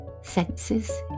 senses